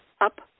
up